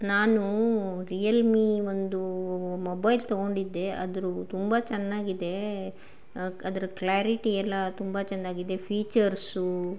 ನಾನು ರಿಯಲ್ಮಿ ಒಂದು ಮೊಬೈಲ್ ತೊಗೊಂಡಿದ್ದೆ ಅದು ತುಂಬ ಚೆನ್ನಾಗಿದೆ ಅದ್ರ ಕ್ಲ್ಯಾರಿಟಿ ಎಲ್ಲ ತುಂಬ ಚೆನ್ನಾಗಿದೆ ಫೀಚರ್ಸು